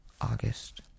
August